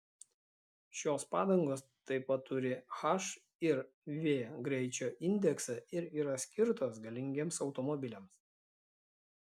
šios padangos taip pat turi h ir v greičio indeksą ir yra skirtos galingiems automobiliams